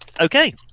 Okay